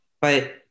but-